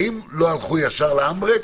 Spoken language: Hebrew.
האם לא הלכו ישר ל-hand brake?